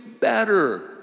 better